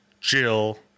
Jill